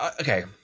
okay